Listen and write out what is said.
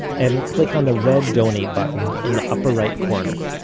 and click on the red donate button in the upper right corner.